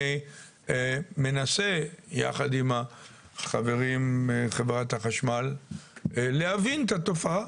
מנסה יחד עם החברים מחברת החשמל להבין את התופעה.